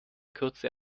kurze